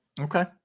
Okay